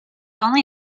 only